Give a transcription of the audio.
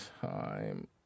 time